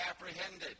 apprehended